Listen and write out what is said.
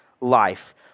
life